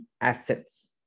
assets